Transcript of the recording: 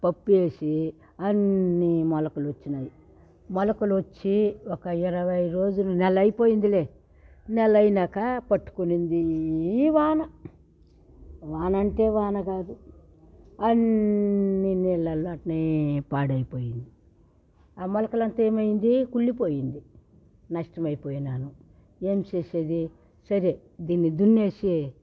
పప్పు వేసి అన్ని మొలకలు వచ్చినాయి మొలకలు వచ్చి ఒక ఇరవై రోజులు నెల అయిపోయిందిలే నెల అయినాక పట్టుకునింది ఈ వాన వాన అంటే వాన కాదు అన్నీ నీళ్లల్లో అట్నే పాడైపోయింది ఆ మొలకలు అంతా ఏమయ్యింది కుళ్ళిపోయింది నష్టం అయిపోయినాను ఏం చేసేది సరే దీన్ని దున్నేసి